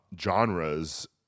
genres